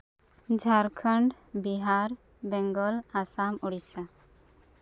Jharkhand Bihar Bengal Assam Odisha